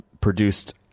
produced